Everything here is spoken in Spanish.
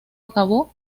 acabó